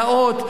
נאות,